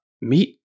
Meet